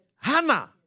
Hannah